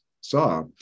saw